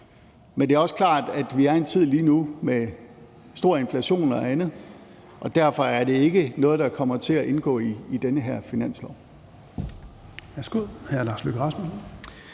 Den det er også klart, at vi lige nu er i en tid med høj inflation og andet, og derfor er det ikke noget, der kommer til at indgå i det her finanslovsforslag.